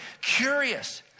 curious